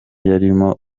yarimo